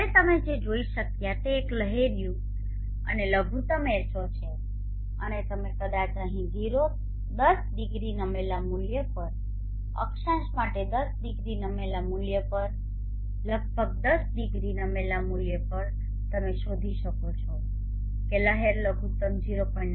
હવે તમે જે જોઈ શક્યા તે એચ લહેરિયું અને લઘુત્તમ H0 છે અને તમે કદાચ અહિં 10 ડિગ્રી નમેલા મૂલ્ય પર અક્ષાંશ માટે 10 ડિગ્રી નમેલા મૂલ્ય પર લગભગ 10 ડિગ્રી નમેલા મૂલ્ય પર તમે શોધી શકો છો કે લહેર લઘુતમ 0